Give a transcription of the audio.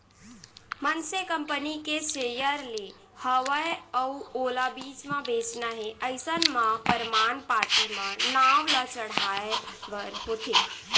मनसे कंपनी के सेयर ले हवय अउ ओला बीच म बेंचना हे अइसन म परमान पाती म नांव ल चढ़हाय बर होथे